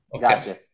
Gotcha